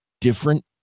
different